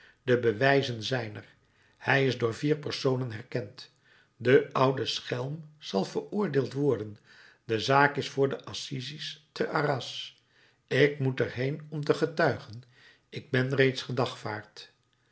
de bewijzen zijn er hij is door vier personen herkend de oude schelm zal veroordeeld worden de zaak is voor de assises te arras ik moet er heen om te getuigen ik ben reeds gedagvaard